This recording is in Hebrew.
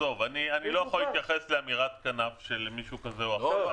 אני לא יכול להתייחס לאמירה קטנה של מישהו כזה או אחר,